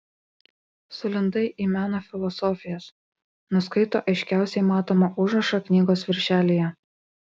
sulindai į meno filosofijas nuskaito aiškiausiai matomą užrašą knygos viršelyje